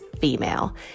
female